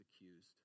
accused